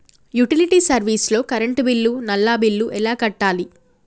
Utility service లో current bill, నల్లా bill ఎలా కట్టాలి?